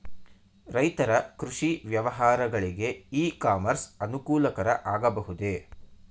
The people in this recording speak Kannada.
ರೈತರ ಕೃಷಿ ವ್ಯವಹಾರಗಳಿಗೆ ಇ ಕಾಮರ್ಸ್ ಅನುಕೂಲಕರ ಆಗಬಹುದೇ?